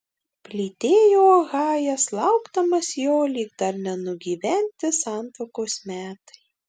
plytėjo ohajas laukdamas jo lyg dar nenugyventi santuokos metai